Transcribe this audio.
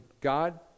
God